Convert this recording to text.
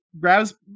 grabs